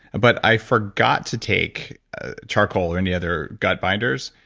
but i forgot to take charcoal or any other gut binders,